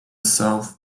south